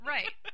Right